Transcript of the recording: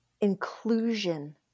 inclusion